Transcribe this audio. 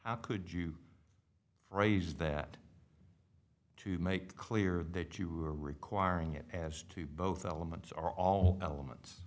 how could you phrase that to make clear that you were requiring it as to both elements are all elements